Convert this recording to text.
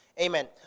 amen